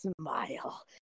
smile